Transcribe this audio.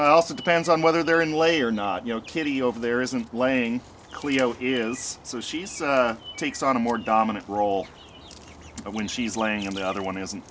also depends on whether they're in layer or not you know kitty over there isn't laying cleo is so she's takes on a more dominant role when she's laying on the other one isn't